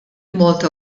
malta